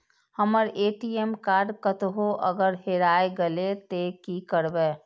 हमर ATM card कतहो अगर हेराय गले ते की करबे?